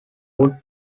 wood